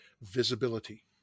visibility